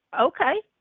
okay